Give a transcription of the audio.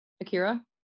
Akira